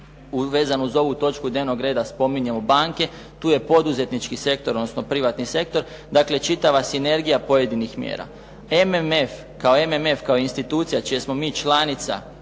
Vezano uz ovu točku dnevnog reda spominjemo banke. Tu je poduzetnički sektor, odnosno privatni sektor. Dakle, čitava sinergija pojedinih mjera. MMF kao MMF kao institucija čija smo mi članica